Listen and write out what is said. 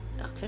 Okay